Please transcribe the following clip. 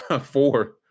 Four